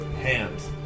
hands